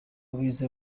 abize